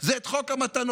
זה את חוק המתנות.